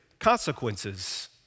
Consequences